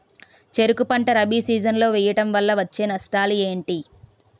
చెరుకు పంట రబీ సీజన్ లో వేయటం వల్ల వచ్చే నష్టాలు ఏంటి?